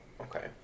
okay